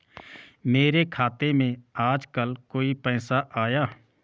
मेरे खाते में आजकल कोई पैसा आया?